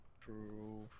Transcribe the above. True